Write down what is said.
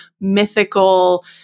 mythical